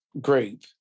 group